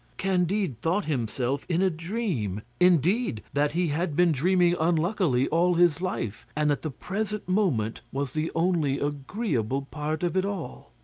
candide thought himself in a dream indeed, that he had been dreaming unluckily all his life, and that the present moment was the only agreeable part of it all.